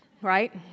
right